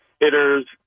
hitters